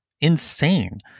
Insane